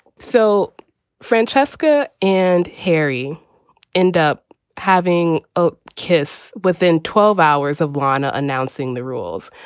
so francesca and harry end up having a kiss within twelve hours of warner announcing the rules.